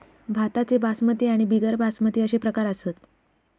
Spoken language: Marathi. भाताचे बासमती आणि बिगर बासमती अशे प्रकार असत